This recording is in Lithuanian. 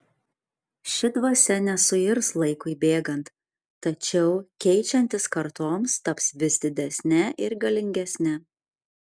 ši dvasia nesuirs laikui bėgant tačiau keičiantis kartoms taps vis didesne ir galingesne